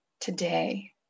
today